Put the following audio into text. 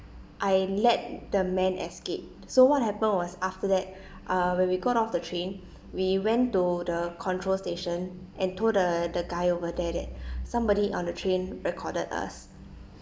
I let the man escape so what happened was after that uh when we got off the train we went to the control station and told the the guy over there that somebody on the train recorded us